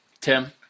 Tim